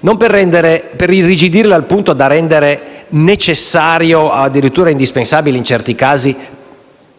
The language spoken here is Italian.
non per irrigidirle al punto da rendere necessario o addirittura indispensabile in certi casi